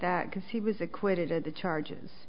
that because he was acquitted of the charges